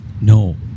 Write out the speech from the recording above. no